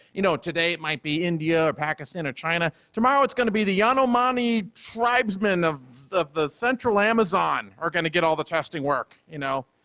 you know, today it might be india or pakistan or china, tomorrow it's going to be the yanomami tribesmen of of the central amazon are going to get all the testing work, you know?